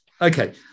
Okay